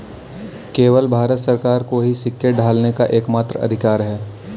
केवल भारत सरकार को ही सिक्के ढालने का एकमात्र अधिकार है